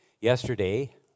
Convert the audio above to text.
Yesterday